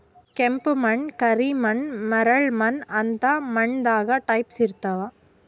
ಕೆಂಪ್ ಮಣ್ಣ್, ಕರಿ ಮಣ್ಣ್, ಮರಳ್ ಮಣ್ಣ್ ಅಂತ್ ಮಣ್ಣ್ ದಾಗ್ ಟೈಪ್ಸ್ ಇರ್ತವ್